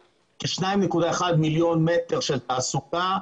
כ-2.1 מיליון מטרים של תעסוקה.